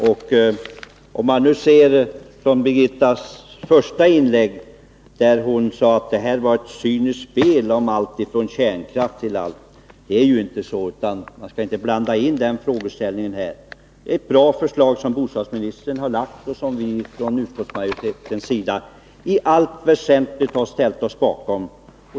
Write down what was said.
Birgitta Hambraeus sade i sitt första inlägg att det här var fråga om ett cyniskt spel, som bl.a. omfattade kärnkraften. Det är inte så. Man skall inte blanda in den frågeställningen här. Det är ett bra förslag som bostadsministern har lagt fram och som vi från utskottsmajoritetens sida i allt väsentligt har ställt oss bakom.